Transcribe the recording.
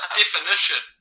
definition